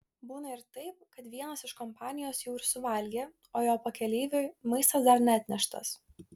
būna ir taip kad vienas iš kompanijos jau ir suvalgė o jo pakeleiviui maistas dar neatneštas